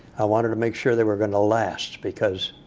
i wanted to make sure they were going to last, because